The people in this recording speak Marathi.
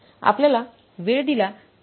आपल्याला वेळ दिला तर ते युनिट्सवर अवलंबून असते